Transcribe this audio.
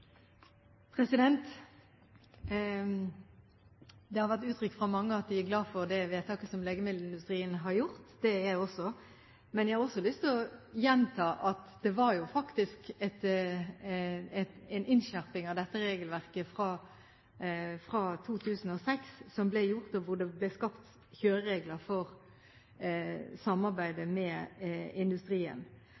glade for det vedtaket som legemiddelindustrien har fattet. Det er jeg også. Jeg har også lyst til å gjenta at det faktisk ble gjort en innskjerping av dette regelverket fra 2006, hvor det ble skapt kjøreregler for samarbeidet